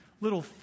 little